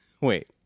Wait